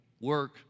work